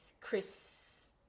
Chris